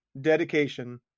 dedication